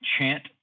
Chant